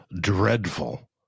Dreadful